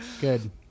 Good